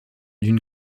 d’une